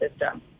system